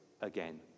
again